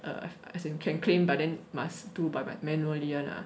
err as in can claim but then must do by manually [one] ah